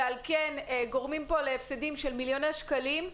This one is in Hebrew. ועל-כן גורמים פה להפסדים של מיליוני שקלים,